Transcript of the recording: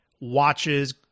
watches